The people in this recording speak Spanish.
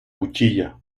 cuchilla